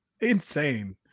Insane